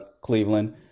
Cleveland